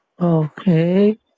Okay